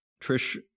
Trish